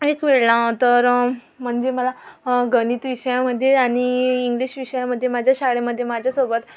एकवेळला तरं म्हणजे मला गणित विषयामध्ये आणि इंग्लिश विषयामध्ये माझ्या शाळेमध्ये माझ्यासोबत